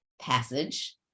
passage